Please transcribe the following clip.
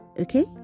Okay